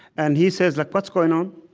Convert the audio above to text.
and he says, like what's going on?